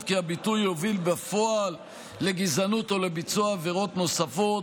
כי הביטוי הוביל בפועל לגזענות או לביצוע עבירות נוספות.